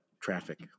traffic